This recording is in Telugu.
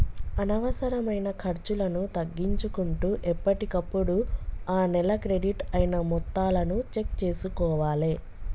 అనవసరమైన ఖర్చులను తగ్గించుకుంటూ ఎప్పటికప్పుడు ఆ నెల క్రెడిట్ అయిన మొత్తాలను చెక్ చేసుకోవాలే